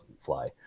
fly